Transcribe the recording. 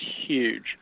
huge